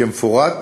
כמפורט